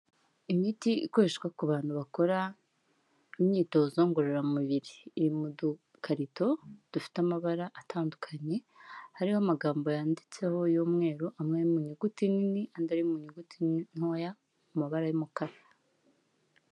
Imiti ikoreshwa ku bantu bakora imyitozo ngororamubiri. Iri mu dukarito dufite amabara atandukanye, hariho amagambo yanditseho y'umweru, amwe ari mu nyuguti nini andi ari mu nyuguti ntoya mu mabara y'umukara.